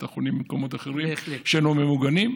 בתי חולים במקומות אחרים שלא ממוגנים.